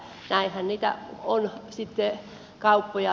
näinhän niitä kauppoja on sitten mennyt